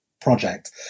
project